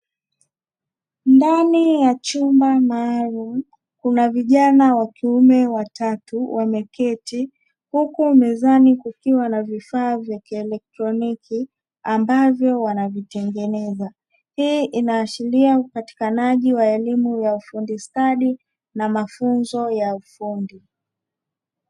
Ndani ya chumba maalum kuna vijana wa kiume watatu wameketi, huku mezani kukiwa na vifaa vya kielectroniki ambavyo wanavitengeneza, hii inaashiria upatikanaji wa elimu ya ufundi stadi na mafunzo ya ufundi.